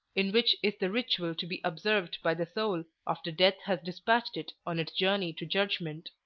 in which is the ritual to be observed by the soul after death has despatched it on its journey to judgment.